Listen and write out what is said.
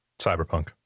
Cyberpunk